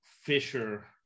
Fisher